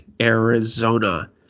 Arizona